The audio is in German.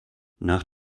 nach